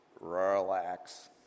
relax